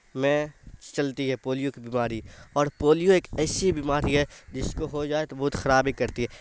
میں چلتی ہے پولیو کی بیماری اور پولیو ایک ایسی بیماری ہے جس کو ہو جائے تو بہت خرابی کرتی ہے